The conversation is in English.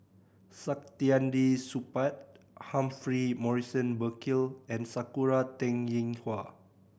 Saktiandi Supaat Humphrey Morrison Burkill and Sakura Teng Ying Hua